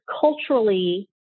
culturally